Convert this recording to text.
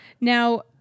Now